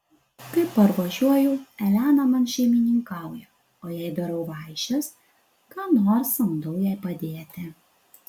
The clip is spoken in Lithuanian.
kai parvažiuoju elena man šeimininkauja o jei darau vaišes ką nors samdau jai padėti